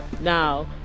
Now